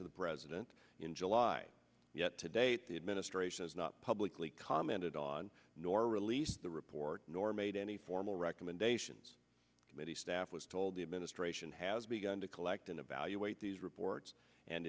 to the president in july yet to date the administration has not publicly commented on nor release the report nor made any formal recommendations committee staff was told the administration has begun to collect in a value wait these reports and